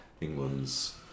England's